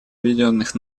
объединенных